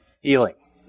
healing